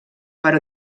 però